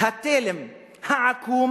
התלם העקום